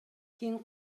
кийин